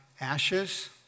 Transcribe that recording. ashes